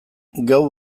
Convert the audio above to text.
gau